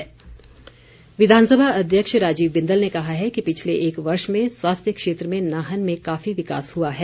बिंदल विधानसभा अध्यक्ष राजीव बिंदल ने कहा है कि पिछले एक वर्ष में स्वास्थ्य क्षेत्र में नाहन में काफी विकास हुआ है